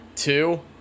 Two